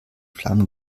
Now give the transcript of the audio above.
flammen